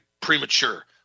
premature